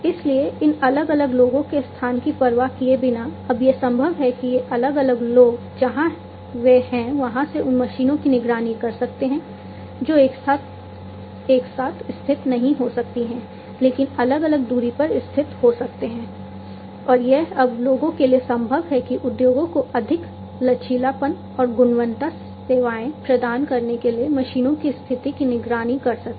इसलिए इन अलग अलग लोगों के स्थान की परवाह किए बिना अब यह संभव है कि ये अलग अलग लोग जहां वे हैं वहां से उन मशीनों की निगरानी कर सकते हैं जो एक साथ स्थित नहीं हो सकती हैं लेकिन अलग अलग दूरी पर स्थित हो सकते हैं और यह अब लोगों के लिए संभव है कि लोग उद्योगों को अधिक लचीलापन और गुणवत्ता सेवाएं प्रदान करने के लिए मशीनों की स्थिति की निगरानी कर सके